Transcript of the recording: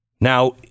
Now